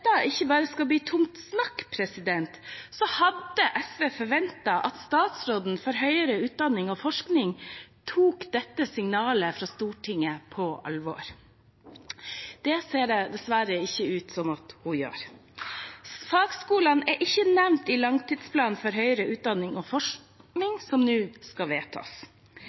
ikke bare skal bli tomt snakk, hadde SV forventet at statsråden for høyere utdanning og forskning tok dette signalet fra Stortinget på alvor. Det ser det dessverre ikke ut som om hun gjør. Fagskolene er ikke nevnt i langtidsplanen for høyere utdanning og forskning, som nå skal vedtas.